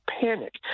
panic